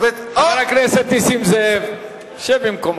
חבר הכנסת נסים זאב, שב במקומך.